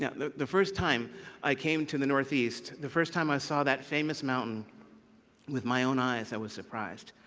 yeah the the first time i came to the northeast, the first time i saw that famous mountain with my own eyes i was surprised.